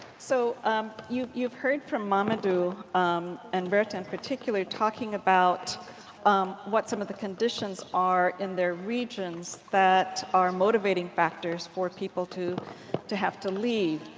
so um you you heard from mamadou and bertha, and particularly talking about um what some of the conditions are in their regions that are motivating factors for people to to have to leave.